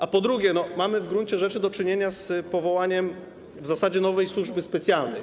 A po drugie, mamy w gruncie rzeczy do czynienia z powołaniem w zasadzie nowej służby specjalnej.